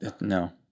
no